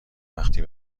وقتی